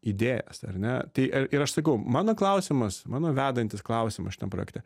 idėjas ar ne tai ir aš sakau mano klausimas mano vedantis klausimas šitam projekte